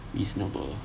reasonable